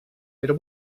però